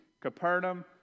Capernaum